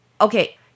Okay